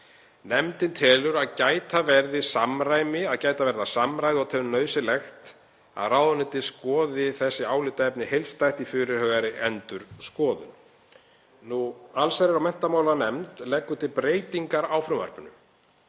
Nefndin telur að gæta verði að samræmi og telur nauðsynlegt að ráðuneytið skoði þessi álitaefni heildstætt í fyrirhugaðri endurskoðun. Allsherjar- og menntamálanefndar leggur til breytingar á frumvarpinu: